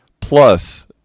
Plus